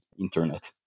internet